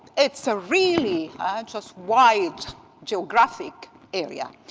it's ah really just wide geographic area.